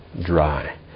dry